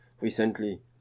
recently